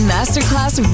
Masterclass